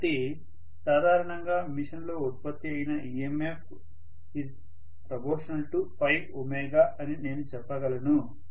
కాబట్టి సాధారణంగా మెషిన్లో ఉత్పత్తి అయిన EMFemf ∝ అని నేను చెప్పగలను